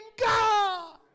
God